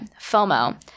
FOMO